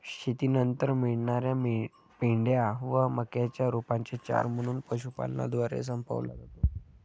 शेतीनंतर मिळणार्या पेंढ्या व मक्याच्या रोपांचे चारा म्हणून पशुपालनद्वारे संपवला जातो